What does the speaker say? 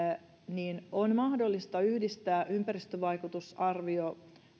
on mahdollista yhdistää ympäristövaikutusarvio